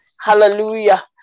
hallelujah